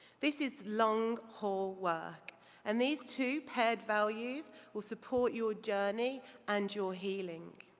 this is long haul work and these two paired values will support your journey and your healing.